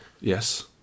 Yes